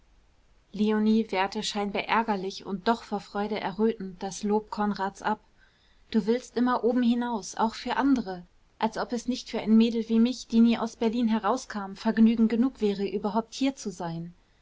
leonie wehrte scheinbar ärgerlich und doch vor freude errötend das lob konrads ab du willst immer oben hinaus auch für andere als ob es nicht für ein mädel wie mich die nie aus berlin heraus kam vergnügen genug wäre überhaupt hier zu sein